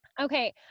Okay